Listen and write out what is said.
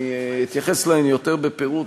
אני אתייחס אליהן יותר בפירוט,